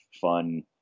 fun